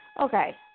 Okay